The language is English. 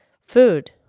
food